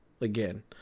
again